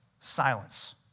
silence